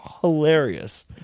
hilarious